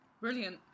brilliant